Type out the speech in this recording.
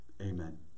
Amen